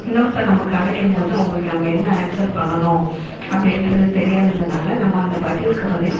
இன்னொருத்தர் நமக்கு அழைக்கும் போது அவங்களுக்கு நம்ம என்ன ஆன்சர் பண்ணணும் அப்படின்றது தெரியாததுனால் நம்ம அந்த பதிலுக்கு பதில்